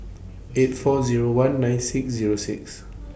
eight four Zero one nine six Zero six